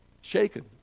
shaken